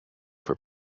for